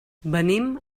venim